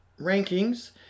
rankings